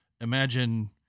imagine